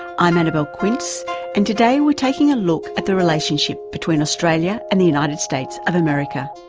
i'm annabelle quince and today we're taking a look at the relationship between australia and the united states of america.